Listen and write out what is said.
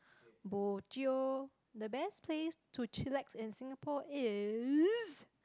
bo jio the best place to chillax in Singapore is